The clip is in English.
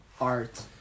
art